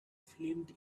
filmed